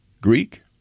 Greek